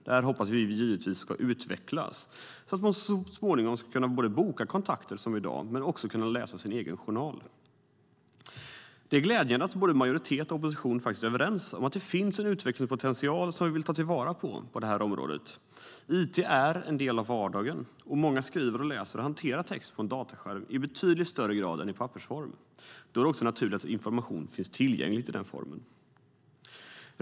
Det hoppas vi givetvis ska utvecklas så att man så småningom kan boka kontakter och läsa sin egen journal. Det är glädjande att både majoritet och opposition är överens om att det finns en utvecklingspotential att ta till vara på området. It är en del av vardagen, och många skriver, läser och hanterar text på en datorskärm i betydligt större grad än i pappersform. Då är det också naturligt att information finns tillgänglig i den formen.